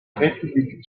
république